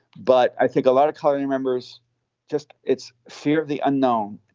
but i think a lot of calling members just it's fear of the unknown.